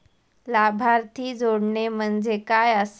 लाभार्थी जोडणे म्हणजे काय आसा?